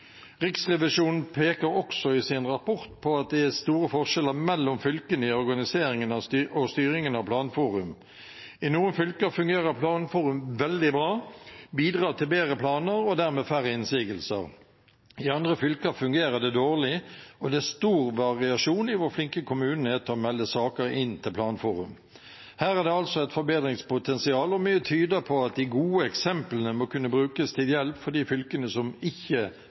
Riksrevisjonen peker også i sin rapport på at det er store forskjeller mellom fylkene i organiseringen og styringen av planforum. I noen fylker fungerer planforum veldig bra, bidrar til bedre planer og dermed færre innsigelser. I andre fylker fungerer det dårlig, og det er stor variasjon i hvor flinke kommunene er til å melde saker inn til planforum. Her er det altså et forbedringspotensial, og mye tyder på at de gode eksemplene må kunne brukes til hjelp for de fylkene som ikke